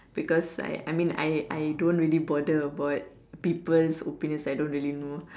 because I mean I I don't really bother about people's opinions I don't really know